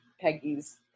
Peggy's